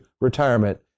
retirement